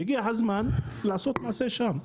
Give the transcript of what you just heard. והגיע הזמן לעשות מעשה שם.